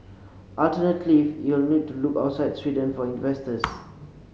alternativelyit will need to look outside Sweden for investors